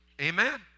Amen